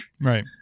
Right